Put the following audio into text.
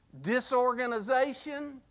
disorganization